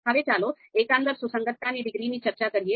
હવે ચાલો એકંદરે સુસંગતતાની ડિગ્રીની ચર્ચા કરીએ